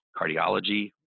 cardiology